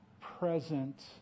present